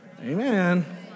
Amen